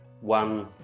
one